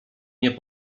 nie